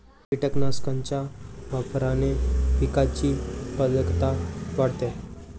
कीटकनाशकांच्या वापराने पिकाची उत्पादकता वाढते